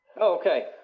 okay